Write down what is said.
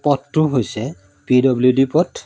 পথটো হৈছে P W D পথ